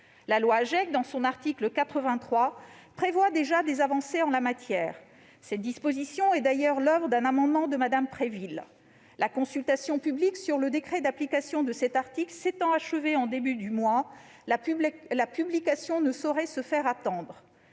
La loi AGEC, en son article 83, prévoit déjà des avancées sur ce point- cette disposition était d'ailleurs l'oeuvre d'un amendement de Mme Préville. La consultation publique portant sur le décret d'application de cet article s'étant achevée au début du mois, la publication ne saurait se faire attendre.